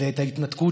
ואת ההתנתקות,